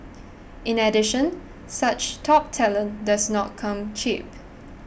in addition such top talent does not come cheap